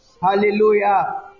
hallelujah